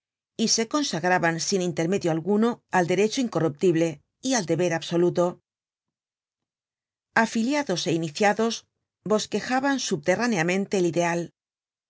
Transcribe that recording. y se consagraban sin intermedio alguno al derecho incorruptible y al deber absoluto afiliados é iniciados bosquejaban subterráneamente el ideal